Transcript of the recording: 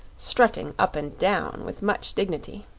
strutting up and down with much dignity.